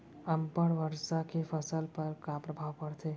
अब्बड़ वर्षा के फसल पर का प्रभाव परथे?